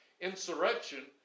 insurrection